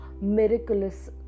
miraculous